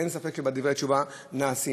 אין ספק שדברי תשובה נעשים,